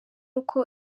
uko